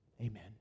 amen